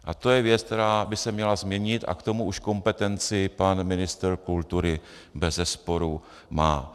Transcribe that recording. A to je věc, která by se měla změnit, a k tomu už kompetenci pan ministr kultury bezesporu má.